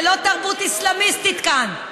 זה לא תרבות אסלאמיסטית כאן.